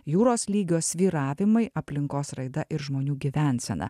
jūros lygio svyravimai aplinkos raida ir žmonių gyvensena